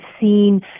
seen